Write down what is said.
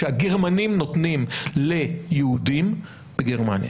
שהגרמנים נותנים ליהודים בגרמניה?